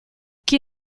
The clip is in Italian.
chi